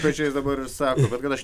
pečiais dabar ir sako bet kad aš